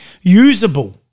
usable